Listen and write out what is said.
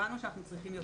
הבנו שאנחנו צריכים יותר,